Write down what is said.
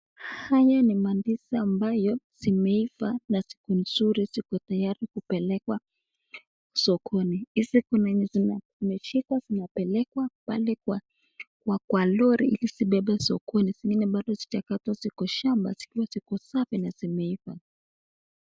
Haya ni mandizi ambayo zimeiva na ziko nzuri ziko tayari kupelekwa sokoni, hizi kuna zenye zimeshikwa zinapelekwa pale kwa lori ili zibebwe sokoni, zingine bado hazikatwa ziko shamba zikiwa ziko safi na zimeiva.